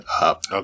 up